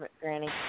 Granny